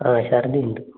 ആ ഛർദ്ദി ഉണ്ട്